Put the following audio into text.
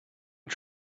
you